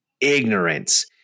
ignorance